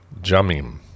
Jamim